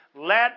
let